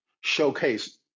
showcase